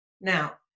Now